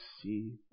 see